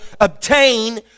obtain